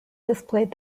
displayed